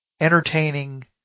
entertaining